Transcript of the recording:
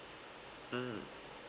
mm